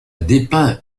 dépeint